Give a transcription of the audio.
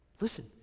Listen